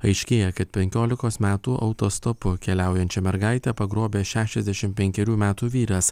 aiškėja kad penkiolikos metų autostopu keliaujančią mergaitę pagrobė šešiasdešim penkerių metų vyras